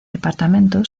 departamento